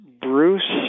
Bruce